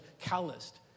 calloused